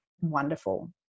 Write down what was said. wonderful